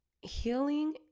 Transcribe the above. Healing